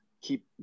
keep